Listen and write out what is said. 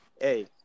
Hey